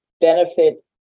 benefit